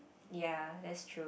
ya that's true